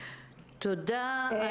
תודה.